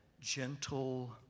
gentle